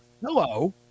Hello